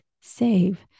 save